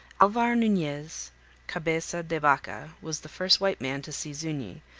alvar nunez caveza de vaca was the first white man to see zuni,